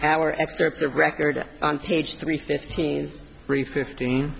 our excerpts of record on page three fifteen three fifteen